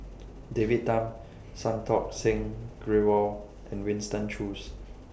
David Tham Santokh Singh Grewal and Winston Choos